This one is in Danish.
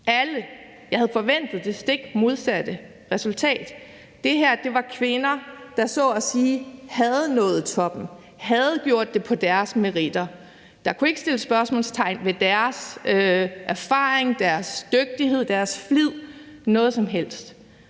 vejret. Jeg havde forventet det stik modsatte resultat, for det her var kvinder, der så at sige havde nået toppen, som havde gjort det på deres meritter, og hvor der ikke kunne sættes spørgsmålstegn ved deres erfaring, deres dygtighed, deres flid eller noget som helst